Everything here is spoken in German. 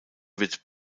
wird